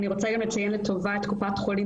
אני רוצה גם לציין לטובה את קופת חולים